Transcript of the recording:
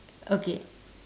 okay